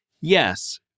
Yes